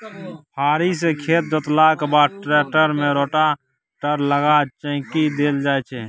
फारी सँ खेत जोतलाक बाद टेक्टर मे रोटेटर लगा चौकी देल जाइ छै